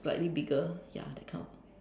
slightly bigger ya that kind of